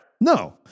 No